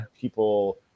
people